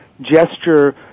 gesture